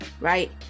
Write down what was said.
right